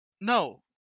No